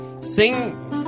Sing